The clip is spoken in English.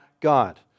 God